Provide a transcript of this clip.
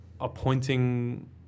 appointing